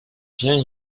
viens